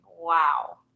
Wow